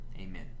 Amen